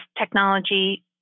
technology